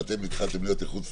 ואתם התחלתם להיות איכות סביבה,